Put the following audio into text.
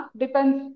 depends